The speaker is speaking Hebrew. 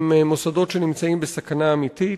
הם מוסדות שנמצאים בסכנה אמיתית,